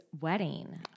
wedding